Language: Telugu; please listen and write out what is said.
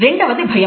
రెండవది భయం